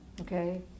Okay